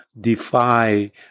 defy